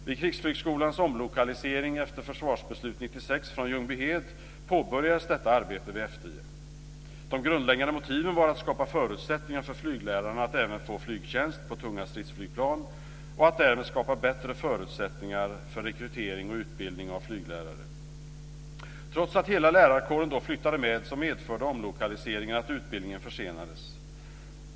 Vid Krigsflygskolans omlokalisering efter 1996 års försvarsbeslut från Ljungbyhed påbörjades detta arbete vid F 10. De grundläggande motiven var att skapa förutsättningar för flyglärarna att även få flygtjänst på tunga stridsflygplan och att därmed skapa bättre förutsättningar för rekrytering och utbildning av flyglärare. Trots att hela lärarkåren då flyttade med medförde omlokaliseringen att utbildningen försenades.